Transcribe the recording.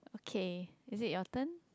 K it is very turn